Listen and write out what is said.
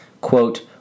Quote